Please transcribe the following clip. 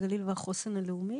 הגליל והחוסן הלאומי.